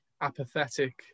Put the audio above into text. apathetic